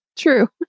true